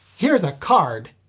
here's a card!